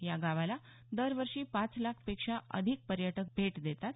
या गावाला दरवर्षी पाच लाखापेक्षा अधिक पर्यटक भेट देतात